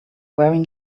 wearing